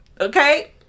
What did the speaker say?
Okay